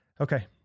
okay